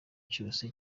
cyose